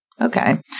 Okay